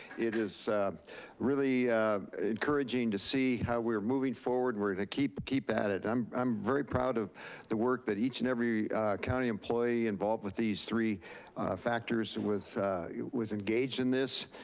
it was really encouraging to see how we're moving forward. we're gonna keep keep at it. i'm i'm very proud of the work that each and every county employee involved with these three factors was was engaged in this.